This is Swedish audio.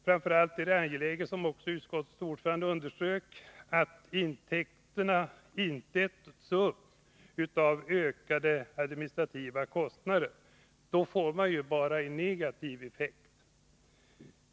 Framför allt är det angeläget, som också utskottets ordförande underströk, att se till att intäkterna inte äts upp av ökade administrativa kostnader. Då får man ju bara negativa effekter.